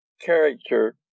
character